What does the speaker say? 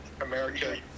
America